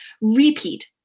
repeat